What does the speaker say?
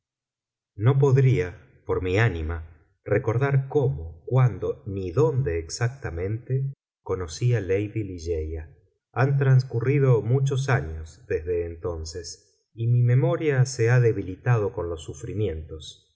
no podría por mi ánima recordar cómo cuándo ni dónde exactamente conocí a lady ligeia han transcurrido muchos años desde entonces y mi memoria se ha debilitado con los sufrimientos